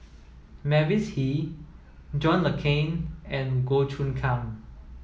Mavis Hee John Le Cain and Goh Choon Kang